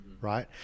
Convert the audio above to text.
right